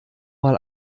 mal